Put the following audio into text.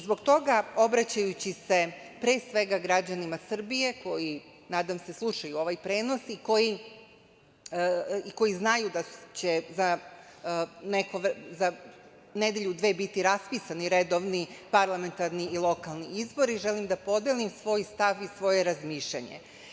Zbog toga, obraćajući se pre svega građanima Srbije, koji nadam se slušaju ovaj prenos i koji znaju da će za nedelju-dve biti raspisani redovni parlamentarni i lokalni izbori, želim da podelim svoj stav i svoje razmišljanje.